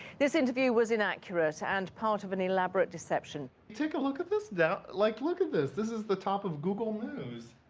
this interview was inaccurate and part of an elaborate deception. take a look at this. like, look at this. this is the top of google news.